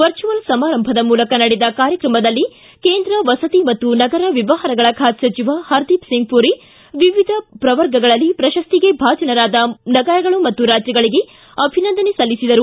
virtual ಸಮಾರಂಭದ ಮೂಲಕ ನಡೆದ ಕಾರ್ಯಕ್ರಮದಲ್ಲಿ ಕೇಂದ್ರ ವಸತಿ ಮತ್ತು ನಗರ ವ್ಯವಹಾರಗಳ ಖಾತೆ ಸಚಿವ ಪರದೀಪ್ ಸಿಂಗ್ ಮರಿ ವಿವಿಧ ಪ್ರವರ್ಗಗಳಲ್ಲಿ ಪ್ರಶಸ್ತಿಗೆ ಭಾಜನವಾದ ನಗರಗಳು ಮತ್ತು ರಾಜ್ಯಗಳಿಗೆ ಅಭಿನಂದನೆ ಸಲ್ಲಿಸಿದರು